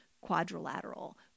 quadrilateral